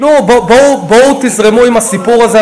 בואו תזרמו עם הסיפור הזה.